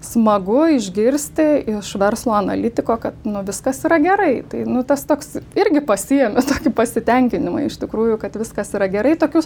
smagu išgirsti iš verslo analitiko nu viskas yra gerai tai nu tas toks irgi pasiimi tokį pasitenkinimą iš tikrųjų kad viskas yra gerai tokių